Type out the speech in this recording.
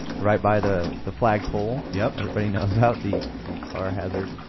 right by the the flagpole. yeah everybody knows about the the car hazard.